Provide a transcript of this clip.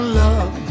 love